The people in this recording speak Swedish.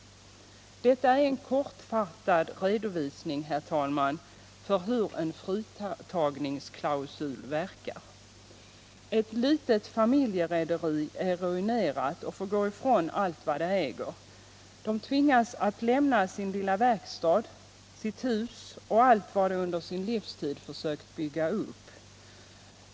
Detta är en kortfattad redovisning, herr talman, av hur en fritagningsklausul verkar. Ett litet familjerederi är ruinerat och de drabbade får gå ifrån allt vad de äger. De tvingas att lämna sin lilla verkstad, sitt hus och allt vad de under sin livstid försökt bygga upp.